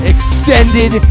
Extended